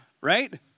Right